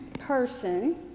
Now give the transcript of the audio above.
person